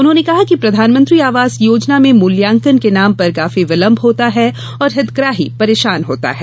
उन्होंने कहा कि प्रधानमंत्री आवास योजना में मूल्यांकन के नाम पर काफी विलंब होता है और हितग्राही परेशान होता है